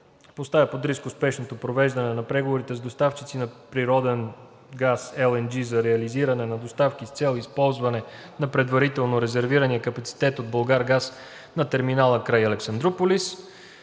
Булгаргаз; 4.3. успешното провеждане на преговорите с доставчици на природен газ (LNG) за реализиране на доставки с цел използване на предварително резервирания от „Булгаргаз“ капацитет на терминала край Александруполис